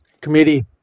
committee